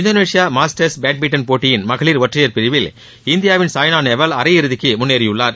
Indonesia masters badminton போட்டியின் மகளிர் ஒற்றையர் பிரிவில் இந்தியாவின் சாய்னா நேவால் அரை இறுதிக்கு முன்னேறியுள்ளார்